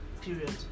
period